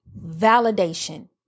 validation